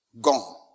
gone